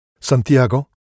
Santiago